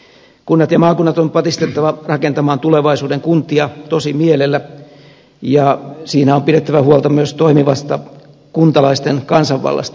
kunnat ja maakunnat on patistettava rakentamaan tulevaisuuden kuntia tosimielellä ja siinä on pidettävä huolta myös toimivasta kuntalaisten kansanvallasta